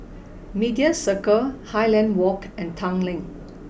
Media Circle Highland Walk and Tanglin